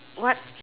what